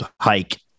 hike